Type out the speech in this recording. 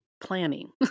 planning